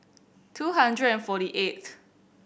two hundred and forty eighth